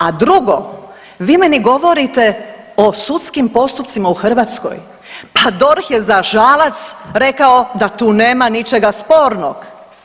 A drugo vi meni govorite o sudskim postupcima u Hrvatskoj, pa DORH je za Žalac rekao da tu nema ničega spornog.